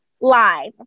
live